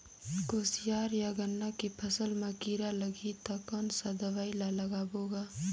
कोशियार या गन्ना के फसल मा कीरा लगही ता कौन सा दवाई ला लगाबो गा?